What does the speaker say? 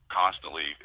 constantly